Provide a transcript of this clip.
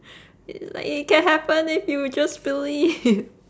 it's like you can have fun if you would just believe